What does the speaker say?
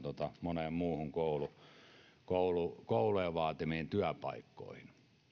moneen muuhun kouluja vaativaan työpaikkaan